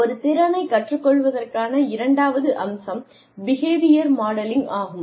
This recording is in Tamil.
ஒரு திறனைக் கற்றுக்கொள்வதற்கான இரண்டாவது அம்சம் பிகேவியர் மாடலிங் ஆகும்